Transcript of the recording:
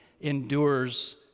endures